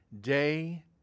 Day